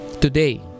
Today